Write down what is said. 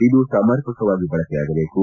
ಇದು ಸಮರ್ಪಕವಾಗಿ ಬಳಕೆಯಾಗಬೇಕು